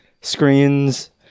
screens